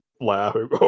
laughing